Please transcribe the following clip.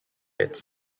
its